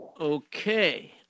Okay